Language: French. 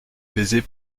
baiser